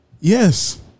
Yes